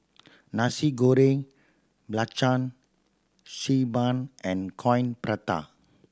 Nasi Goreng Belacan Xi Ban and Coin Prata